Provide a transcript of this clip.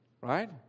Right